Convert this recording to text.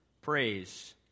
Praise